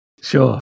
Sure